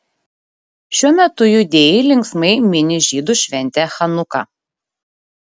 šiuo metu judėjai linksmai mini žydų šventę chanuką